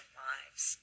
lives